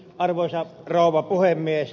arvoisa rouva puhemies